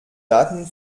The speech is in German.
daten